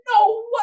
no